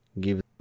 give